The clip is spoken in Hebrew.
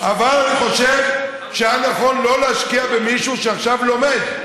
אבל אני חושב שהיה נכון לא להשקיע במישהו שעכשיו לומד.